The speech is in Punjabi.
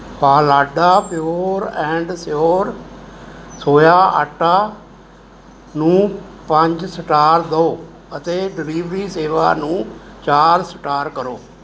Phalada pure and sure soya ਆਟਾ ਨੂੰ ਪੰਜ ਸਟਾਰ ਦਿਓ ਅਤੇ ਡਿਲੀਵਰੀ ਸੇਵਾ ਨੂੰ ਚਾਰ ਸਟਾਰ ਕਰੋ